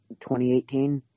2018